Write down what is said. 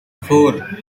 four